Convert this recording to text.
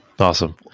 awesome